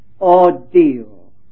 ordeal